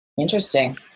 interesting